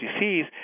disease